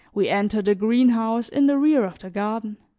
we entered a greenhouse in the rear of the garden.